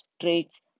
traits